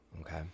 Okay